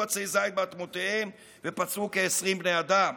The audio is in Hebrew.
עצי זית באדמותיהם ופצעו כ-20 בני אדם.